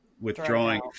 withdrawing